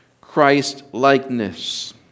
Christ-likeness